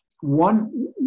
one